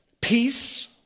Peace